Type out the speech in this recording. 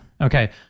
Okay